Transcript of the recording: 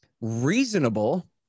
reasonable